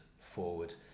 forward